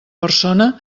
persona